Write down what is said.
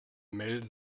mel